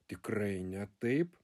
tikrai ne taip